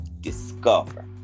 discover